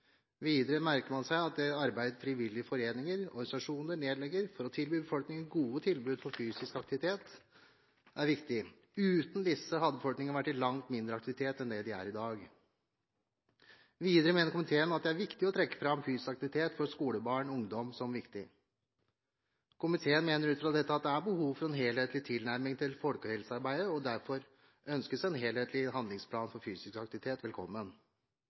Videre merker komiteen seg at det arbeid som frivillige foreninger og organisasjoner nedlegger for å tilby befolkningen gode tilbud for fysisk aktivitet, er viktig. Uten disse hadde befolkningen vært i langt mindre aktivitet enn i dag. Videre mener komiteen at det er viktig å trekke fram fysisk aktivitet for skolebarn og -ungdom som viktig. Komiteen mener ut fra dette at det er behov for en helhetlig tilnærming til folkehelsearbeidet, og derfor ønskes en helhetlig handlingsplan for fysisk aktivitet velkommen.